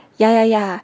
ya ya ya